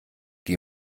die